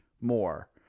more